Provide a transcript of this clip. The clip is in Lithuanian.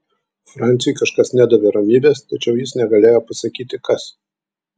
franciui kažkas nedavė ramybės tačiau jis negalėjo pasakyti kas